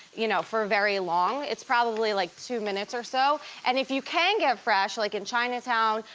you know for very long, it's probably like two minutes or so. and if you can get fresh, like in chinatown,